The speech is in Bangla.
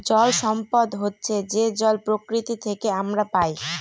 জল সম্পদ হচ্ছে যে জল প্রকৃতি থেকে আমরা পায়